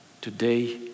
today